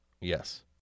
Yes